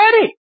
ready